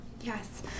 Yes